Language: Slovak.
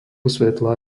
svetla